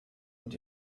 und